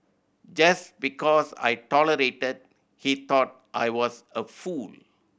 just because I tolerated he thought I was a fool